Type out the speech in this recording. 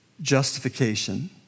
justification